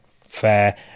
fair